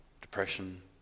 Depression